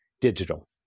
digital